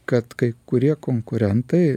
kad kai kurie konkurentai